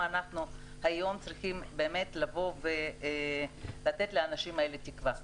אנו היום צריכים לתת לאנשים האלה תקווה.